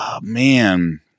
man –